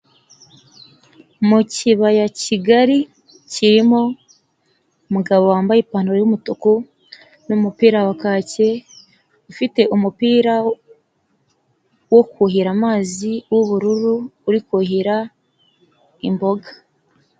Mu kibaya kigali kirimo umugabo wambaye ipantaro y'umutuku, n'umupira wa kaki ufite umupira wo kuhira amazi w'ubururu uri kuhira imboga.